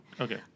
Okay